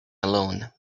alone